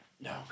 no